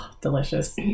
Delicious